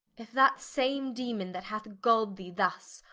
if that same daemon that hath gull'd thee thus,